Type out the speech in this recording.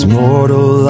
mortal